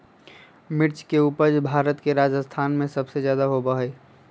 मिर्च के उपज भारत में राजस्थान में सबसे ज्यादा होबा हई